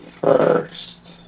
first